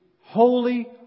holy